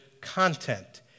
content